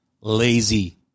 lazy